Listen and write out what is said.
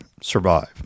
survive